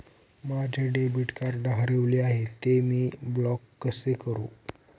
माझे debit card हरविले आहे, ते मी ब्लॉक कसे करु?